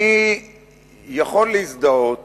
אני יכול להזדהות